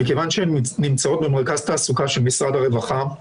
מכיוון שהן נמצאות במרכז תעסוקה של משרד הרווחה,